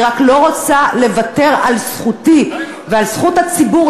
אני רק לא רוצה לוותר על זכותי ועל זכות הציבור